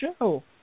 show